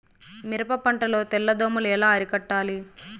మిరప పంట లో తెల్ల దోమలు ఎలా అరికట్టాలి?